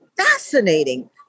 fascinating